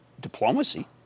diplomacy